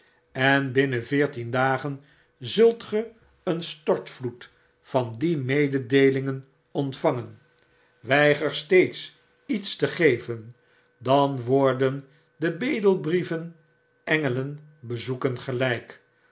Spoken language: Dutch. en binnen veertien dagen zult ge een stortvloed van die mededeelingen ontvangen weiger steeds iets te geven dan worden de bedelbrieven engelen bezoeken gelp